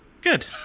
Good